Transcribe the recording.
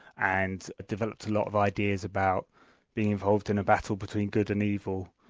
and developed a lot of ideas about being involved in a battle between good and evil.